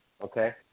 okay